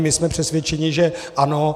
My jsme přesvědčeni, že ano.